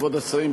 כבוד השרים,